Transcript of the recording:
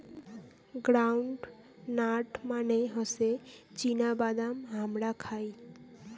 ground nut মানে হসে চীনা বাদাম হামরা খাই